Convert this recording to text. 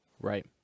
right